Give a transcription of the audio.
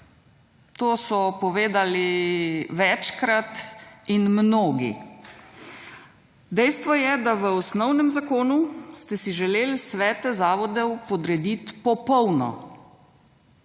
To so povedali večkrat in mnogi. Dejstvo je, da v osnovnem zakonu ste si želeli svete zavodov podrediti popolno,